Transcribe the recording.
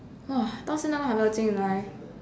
到现在还没有进来